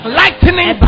lightning